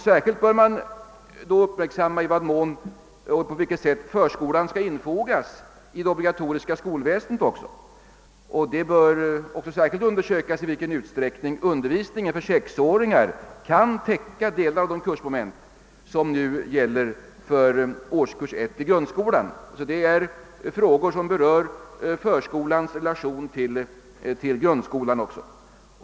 Särskilt bör då uppmärksammas i vad mån och på vilket sätt förskolan skall infogas i det obligatoriska skolsystemet. Det bör också undersökas i vilken utsträckning undervisningen för sexåringar kan täcka delar av de kursmoment som nu gäller för årskurs 1 i grundskolan. Det gäller alltså frågor som berör förskolans relation till grundskolan.